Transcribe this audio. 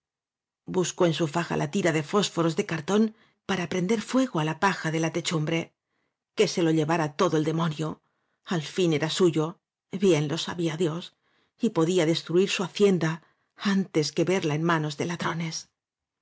buscó en su faja la tira de fósforos de cartón para prender fuego á la paja de la techumbre que se lo llevara todo el demonio al fin era suyo bien lo sabía dios y podía destruir su hacienda antes que verla en manos de ladrones